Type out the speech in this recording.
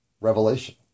revelation